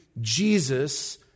Jesus